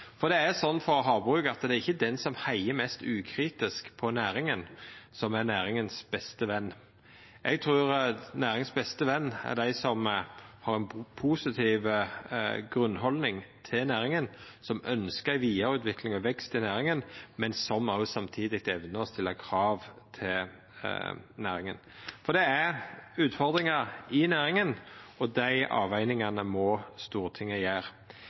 Det er slik for havbruk at det er ikkje den som heiar mest ukritisk på næringa, som er næringas beste ven. Eg trur næringas beste ven er den som har ei positiv grunnholdning til næringa, som ønskjer ei vidareutvikling og vekst i næringa, men som samtidig evnar å stilla krav til næringa. For det er utfordringar i næringa, og dei avvegingane må Stortinget